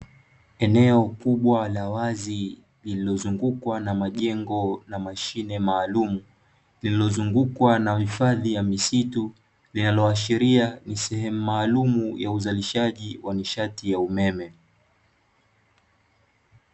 Eneo kubwa la wazi lililozungukwa na majengo na mashine maalumu, lililozungukwa na hifadhi ya misitu, linaloashiria ni sehemu maalumu ya uzalishaji wa nishati ya umeme.